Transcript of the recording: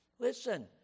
Listen